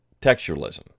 textualism